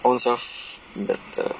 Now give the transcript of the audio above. ownself better